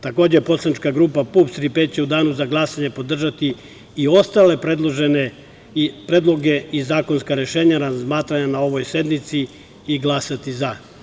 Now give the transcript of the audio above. Takođe, Poslanička grupa PUPS - „Tri P“ će u danu za glasanje podržati i ostale predloge i zakonska rešenja razmatrana na ovoj sednici i glasati za.